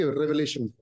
revelation